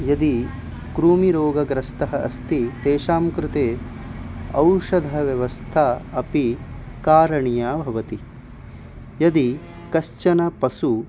यदि कृमिरोगग्रस्तः अस्ति तेषां कृते औषधव्यवस्था अपि कारणीया भवति यदि कश्चन पशुः